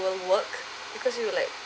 will work because we were like